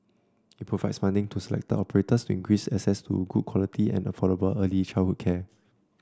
it provides funding to selected operators to increase access to good quality and affordable early childhood care